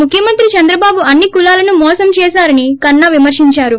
ముఖ్యమంత్రి చంద్రబాబు అన్ని కులాలను మోసం చేశారని కన్నా విమర్పించారు